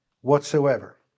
whatsoever